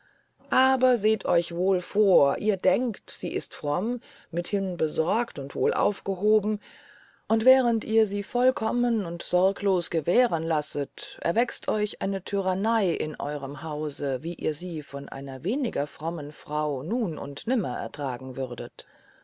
aber seht euch wohl vor ihr denkt sie ist fromm mithin besorgt und wohl aufgehoben und während ihr sie vollkommen und sorglos gewähren lasset erwächst euch eine tyrannei in eurem hause wie ihr sie von einer weniger frommen frau nun und nimmer ertragen würdet